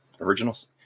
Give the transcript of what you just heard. originals